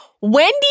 Wendy